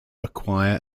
acquire